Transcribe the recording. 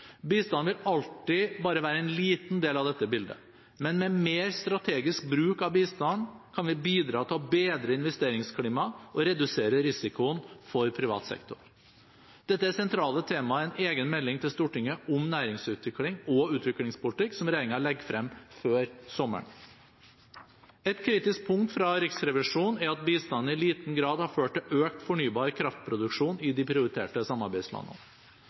Bistanden vil alltid bare være en liten del av dette bildet. Men med mer strategisk bruk av bistand kan vi bidra til å bedre investeringsklimaet og redusere risikoen for privat sektor. Dette er sentrale tema i en egen melding til Stortinget om næringsutvikling og utviklingspolitikk, som regjeringen legger frem før sommeren. Et kritisk punkt fra Riksrevisjonen er at bistanden i liten grad har ført til økt fornybar kraftproduksjon i de prioriterte samarbeidslandene.